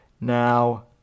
now